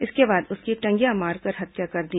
इसके बाद उसकी टंगिया मारकर हत्या कर दी